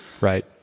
Right